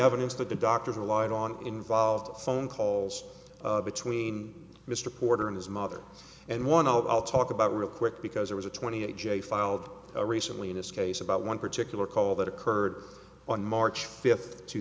evidence that the doctors relied on involved phone calls between mr porter and his mother and one i'll talk about real quick because there was a twenty eight j filed recently in this case about one particular call that occurred on march fifth two